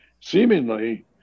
seemingly